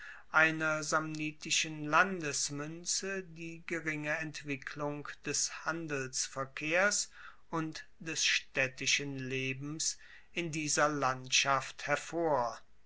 einer samnitischen landesmuenze die geringe entwicklung des handelsverkehrs und des staedtischen lebens in dieser landschaft hervor